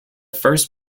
first